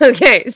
Okay